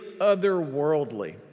otherworldly